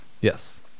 yes